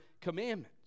commandments